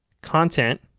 content